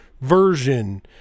version